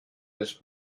this